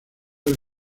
del